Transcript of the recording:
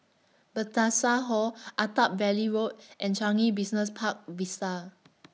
Hall Attap Valley Road and Changi Business Park Vista